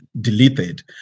deleted